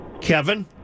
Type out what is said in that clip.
Kevin